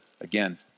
again